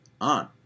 on